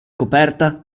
coperta